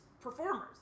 performers